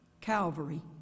Calvary